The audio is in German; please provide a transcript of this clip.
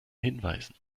hinweisen